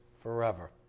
forever